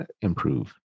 improve